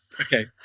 okay